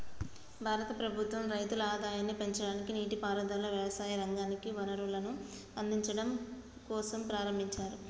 భారత ప్రభుత్వం రైతుల ఆదాయాన్ని పెంచడానికి, నీటి పారుదల, వ్యవసాయ రంగానికి వనరులను అందిచడం కోసంప్రారంబించారు